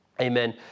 Amen